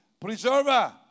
preserver